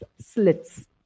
slits